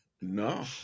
no